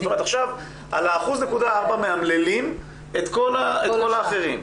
על ה-1.4% מאמללים את כל האחרים.